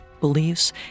beliefs